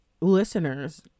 listeners